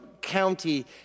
county